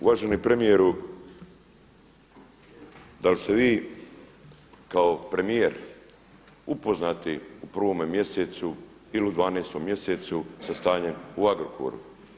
Uvaženi premijeru, da li ste vi kao premijer upoznati u prvome mjesecu ili u 12. mjesecu sa stanjem u Agrokoru?